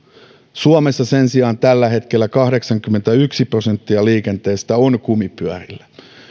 suomessa sen sijaan tällä hetkellä kahdeksankymmentäyksi prosenttia liikenteestä on kumipyörillä